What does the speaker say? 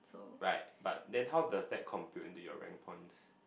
right but then how does that compute into your rank points